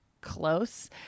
close